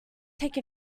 take